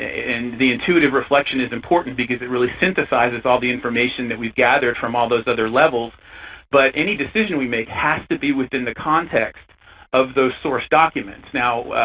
and the intuitive reflection is important because it really synthesizes all the information that we've gathered from all those other levels but any decision we make has to be within the context of those source documents. now,